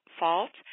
fault